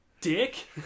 Dick